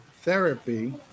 therapy